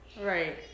Right